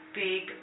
big